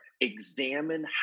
examine